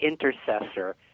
intercessor